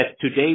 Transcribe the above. today